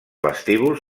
vestíbul